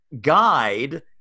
guide